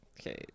Okay